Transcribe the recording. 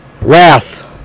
Wrath